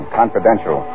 confidential